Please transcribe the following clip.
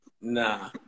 Nah